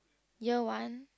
year one